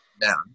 down